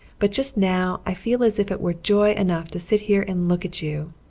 but just now i feel as if it were joy enough to sit here and look at you.